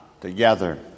together